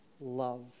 love